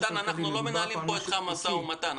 נתן, אנחנו לא מנהלים איתך כאן משא ומתן.